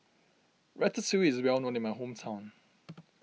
Ratatouille is well known in my hometown